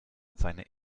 seine